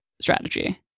strategy